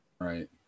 Right